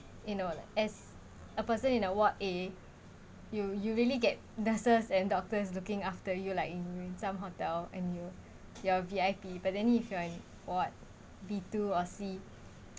you know like as a person in the ward A you you really get nurses and doctors looking after you like in some hotel and you you are V_I_P but then if you are in ward B two or C